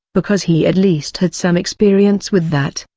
because he at least had some experience with that,